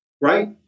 Right